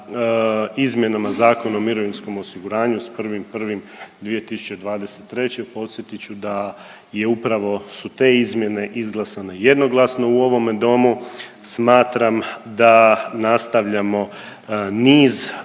izmjenama Zakona o mirovinskom osiguranju s 1.1.2023. podsjetit ću da je upravo su te izmjene izglasane jednoglasno u ovom domu. Smatram da nastavljamo niz